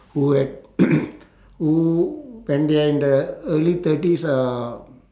who had who when they are in the early thirties or